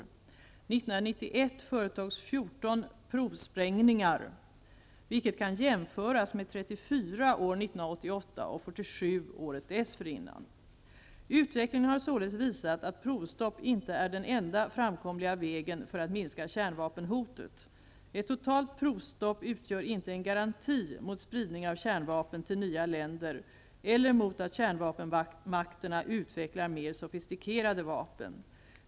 1991 företogs 14 provsprängningar, vilket kan jämföras med 34 år Utvecklingen har således visat att provstopp inte är den enda framkomliga vägen för att minska kärnvapenhotet. Ett totalt provstopp utgör inte en garanti mot spridning av kärnvapen till nya länder eller mot att kärnvapenmakterna utvecklar mer sofistikerade vapen.